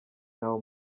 n’abo